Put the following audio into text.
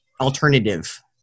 alternative